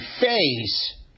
face